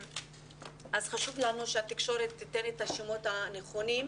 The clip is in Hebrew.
אז חשוב לנו שהתקשורת תיתן את השמות הנכונים.